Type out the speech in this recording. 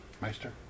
Meister